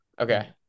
Okay